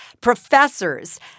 professors